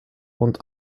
und